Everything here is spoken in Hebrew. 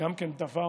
גם זה דבר,